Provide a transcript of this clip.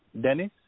Dennis